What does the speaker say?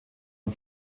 und